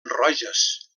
roges